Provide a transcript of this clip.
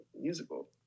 musical